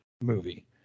movie